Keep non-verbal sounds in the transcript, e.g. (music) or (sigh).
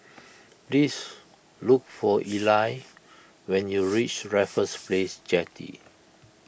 (noise) please look for Eli when you reach Raffles Place Jetty